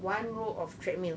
one row of treadmill